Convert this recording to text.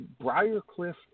Briarcliff